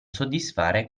soddisfare